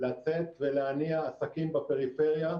לצאת ולהניע עסקים בפריפריה,